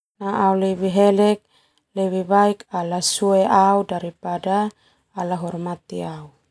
Lebih baik ala sue au daripada ala hormati au.